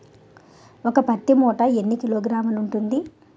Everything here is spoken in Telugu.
ఒక పత్తి మూట ఎన్ని కిలోగ్రాములు ఉంటుంది?